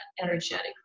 energetic